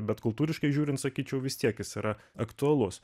bet kultūriškai žiūrint sakyčiau vis tiek jis yra aktualus